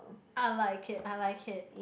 I like it I like it